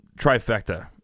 trifecta